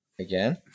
Again